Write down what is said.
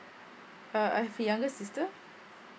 uh I have younger sister